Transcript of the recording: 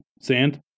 sand